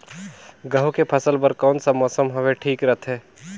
गहूं के फसल बर कौन सा मौसम हवे ठीक रथे?